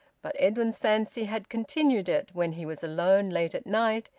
but edwin's fancy had continued it, when he was alone late at night,